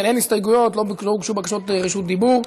אין הסתייגויות, לא הוגשו בקשות רשות דיבור.